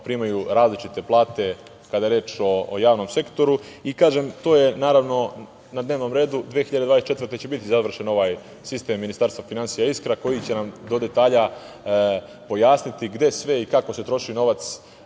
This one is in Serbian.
primaju različite plate kada je reč o javnom sektoru. Kažem, to je na dnevnom redu, 2024. godine će biti završen ovaj sistem Ministarstva finansija „Iskra“, koji će nam do detalja pojasniti gde sve i kako se troši novac